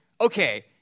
okay